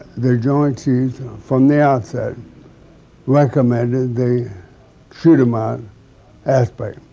the joint chiefs from the outset recommended the shoot them out aspect.